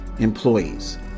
Employees